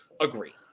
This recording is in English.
agree